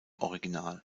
original